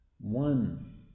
One